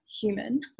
human